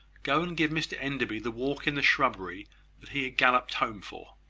go and give mr enderby the walk in the shrubbery that he galloped home for.